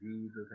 Jesus